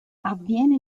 avviene